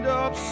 up